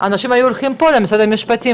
אנשים היו הולכים פה למשרד המשפטים.